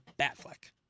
Batfleck